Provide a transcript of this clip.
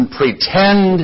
pretend